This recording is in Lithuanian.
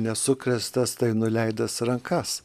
nesukrėstas tai nuleidęs rankas